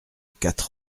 quatre